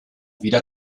wieder